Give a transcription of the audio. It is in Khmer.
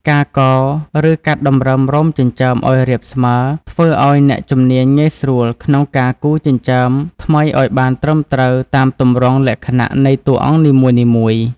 ការកោរ ឬកាត់តម្រឹមរោមចិញ្ចើមឲ្យរាបស្មើ ធ្វើឲ្យអ្នកជំនាញងាយស្រួលក្នុងការគូរចិញ្ចើមថ្មីឲ្យបានត្រឹមត្រូវតាមទម្រង់លក្ខណៈនៃតួអង្គនីមួយៗ។